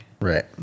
Right